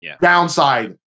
downside